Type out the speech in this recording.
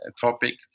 topic